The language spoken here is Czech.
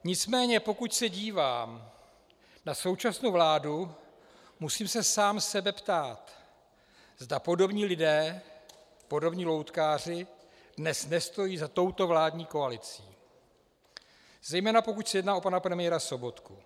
Nicméně pokud se dívám na současnou vládu, musím se sám sebe ptát, zda podobní lidé, podobní loutkáři, dnes nestojí za touto vládní koalicí, zejména pokud se jedná o pana premiéra Sobotku.